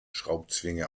schraubzwinge